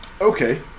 Okay